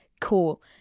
Cool